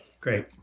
Great